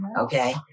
Okay